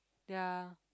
ya